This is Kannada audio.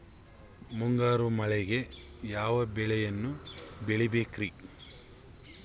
ಮುಂಗಾರು ಮಳೆಗೆ ಯಾವ ಬೆಳೆಯನ್ನು ಬೆಳಿಬೇಕ್ರಿ?